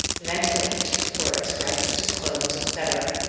ventilate for express, disclose, etc.